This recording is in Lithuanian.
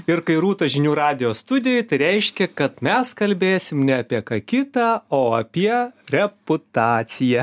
ir kai rūta žinių radijo studijoj tai reiškia kad mes kalbėsim ne apie ką kitą o apie reputaciją